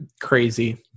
crazy